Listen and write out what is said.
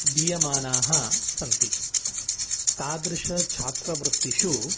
दीयमानाः सन्ति तादृशछात्रवृत्तिषु